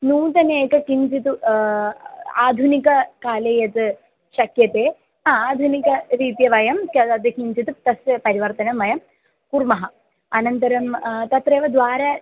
नूतने एकं किञ्चित् आधुनिककाले यत् शक्यते आधुनिकरीत्या वयं किञ्चित् तस्य परिवर्तनं वयं कुर्मः अनन्तरं तत्रैव द्वारा